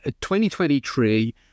2023